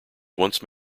once